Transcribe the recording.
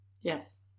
Yes